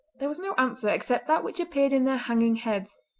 there was no answer except that which appeared in their hanging heads.